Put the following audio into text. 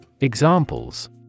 Examples